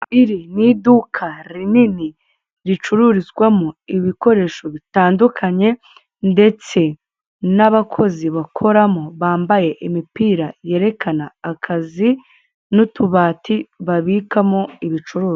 Iri n'iduka rinini, ricururizwamo ibikoresho bitandukanye ndetse n'abakozi bakoramo bambaye imipira yerekana akazi n'utubati babikamo ibicuruzwa.